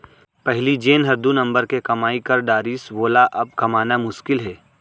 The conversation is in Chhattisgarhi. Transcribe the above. पहिली जेन हर दू नंबर के कमाई कर डारिस वोला अब कमाना मुसकिल हे